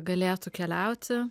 galėtų keliauti